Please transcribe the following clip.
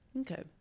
Okay